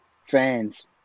fans